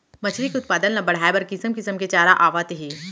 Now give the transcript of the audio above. मछरी के उत्पादन ल बड़हाए बर किसम किसम के चारा आवत हे